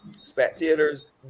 spectators